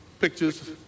pictures